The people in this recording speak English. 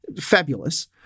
fabulous